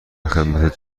خدمت